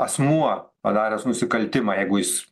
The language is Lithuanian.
asmuo padaręs nusikaltimą jeigu jis